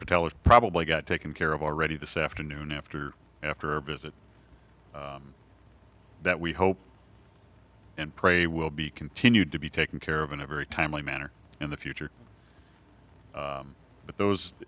has probably got taken care of already this afternoon after after a visit that we hope and pray will be continued to be taken care of in a very timely manner in the future but those